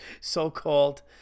so-called